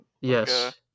Yes